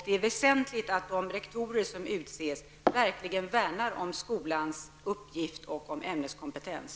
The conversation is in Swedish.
Det är väsentligt att de rektorer som utses verkligen värnar om skolans uppgift och om ämneskompetens.